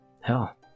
Hell